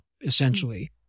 essentially